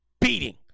beating